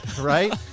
Right